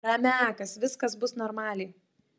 ramiakas viskas bus normaliai